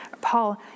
Paul